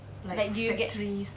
like do you get